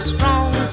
Strong